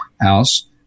house